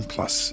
Plus